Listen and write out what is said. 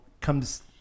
comes